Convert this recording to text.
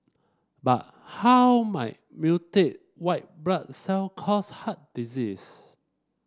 but how might mutated white blood cell cause heart disease